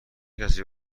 کسی